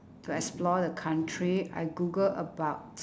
to explore the country I googled about